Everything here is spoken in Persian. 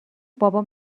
بابام